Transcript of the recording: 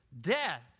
death